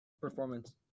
Performance